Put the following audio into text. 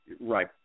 right